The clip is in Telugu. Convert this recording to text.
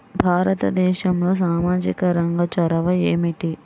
భారతదేశంలో సామాజిక రంగ చొరవ ఏమిటి?